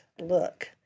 look